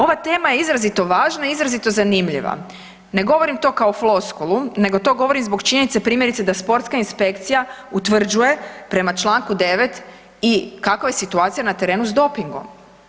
Ova tema je izrazito važna i izrazito zanimljiva, ne govorim to kao floskulu nego to govorim zbog činjenice primjerice da sportska inspekcija utvrđuje prema čl. 9. i kakva je situacija na terenu s dopingom.